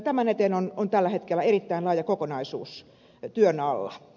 tämän eteen on tällä hetkellä erittäin laaja kokonaisuus työn alla